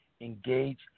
engage